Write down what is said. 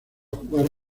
jugar